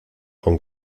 con